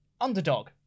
underdog